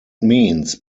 means